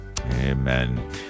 Amen